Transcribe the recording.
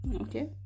Okay